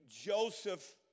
Joseph